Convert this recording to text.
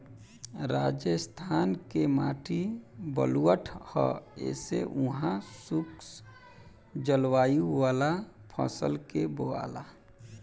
राजस्थान के माटी बलुअठ ह ऐसे उहा शुष्क जलवायु वाला फसल के बोआला